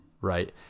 right